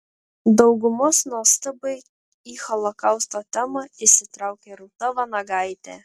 daugumos nuostabai į holokausto temą įsitraukė rūta vanagaitė